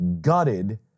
gutted